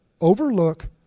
overlook